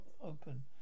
open